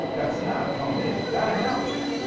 that's not a myth. that happens.